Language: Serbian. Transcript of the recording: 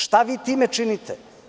Šta vi time činite?